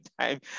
time